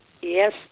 Yes